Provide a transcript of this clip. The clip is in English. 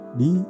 di